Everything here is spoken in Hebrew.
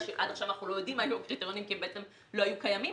שעד עכשיו אנחנו לא יודעים מה היו הקריטריונים כי בעצם הם לא היו קיימים,